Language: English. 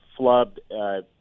flubbed